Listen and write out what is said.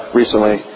recently